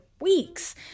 weeks